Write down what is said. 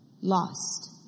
lost